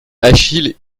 achille